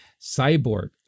cyborg